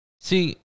see